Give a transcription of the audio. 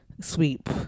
sweep